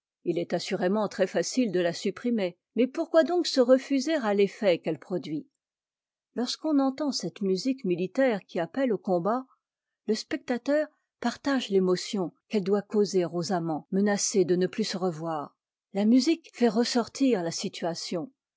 il est assurément très-facile de la supprimer mais pourquoi donc se refuser à l'éffet qu'elle produit lorsqu'on entend cette musique militaire qui appelle au combat le spectateur partage t'émotion qu'elle doit causer aux amants menacés de ne plus se revoir la musique fait ressortir la situatjbn